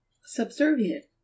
Subservient